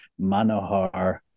Manohar